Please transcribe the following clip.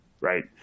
right